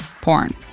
porn